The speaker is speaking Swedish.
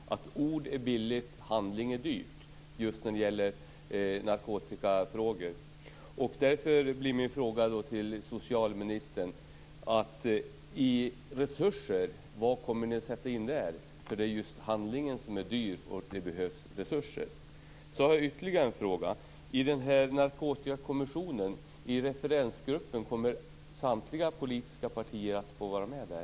Fru talman! Vid en narkotikakonferens i Hassela för några veckor sedan uttalande K. A. Westerberg att ord är billigt, handling är dyrt just när det gäller narkotikafrågor. Därför blir min fråga till socialministern: Vilka resurser kommer regeringen att tillföra? Det är ju handlingen som är dyr, och det behövs resurser. Jag har ytterligare en fråga. Kommer samtliga politiska partier att få vara med i den här Narkotikakommissionen, i referensgruppen?